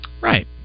Right